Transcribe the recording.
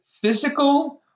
physical